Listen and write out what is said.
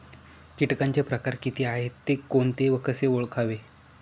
किटकांचे प्रकार किती आहेत, ते कोणते व कसे ओळखावे?